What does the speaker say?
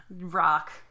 Rock